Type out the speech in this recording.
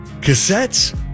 Cassettes